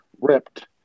ripped